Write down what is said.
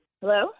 hello